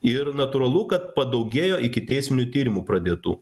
ir natūralu kad padaugėjo ikiteisminių tyrimų pradėtų